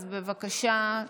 אז בבקשה,